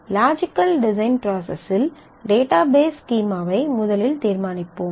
logical design process இல் database ஸ்கீமாவை முதலில் தீர்மானிப்போம்